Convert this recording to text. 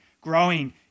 growing